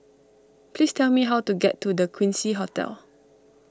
please tell me how to get to the Quincy Hotel